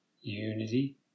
Unity